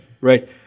right